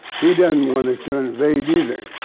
he doesn't want us to invade either,